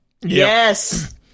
Yes